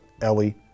Ellie